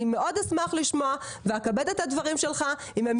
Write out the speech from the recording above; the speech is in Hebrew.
אני מאוד אשמח לשמוע ואכבד את הדברים שלך אם הם